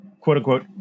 quote-unquote